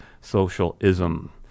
socialism